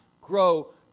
grow